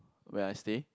where I stay